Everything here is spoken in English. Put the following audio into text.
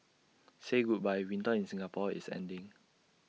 say goodbye winter in Singapore is ending